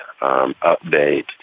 update